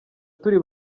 turi